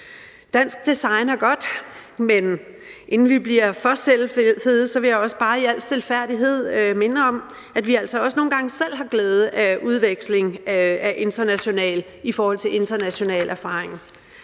Dansk design er godt, men inden vi bliver for selvfede, vil jeg bare i al stilfærdighed minde om, at vi altså også nogle gange selv har glæde af international udveksling af erfaring.